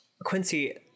Quincy